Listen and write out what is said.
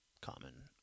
common